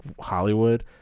Hollywood